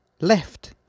left